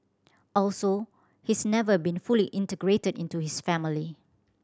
also he's never been fully integrated into his family